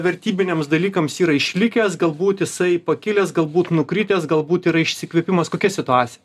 vertybiniams dalykams yra išlikęs galbūt jisai pakilęs galbūt nukritęs galbūt yra išsikvėpimas kokia situacija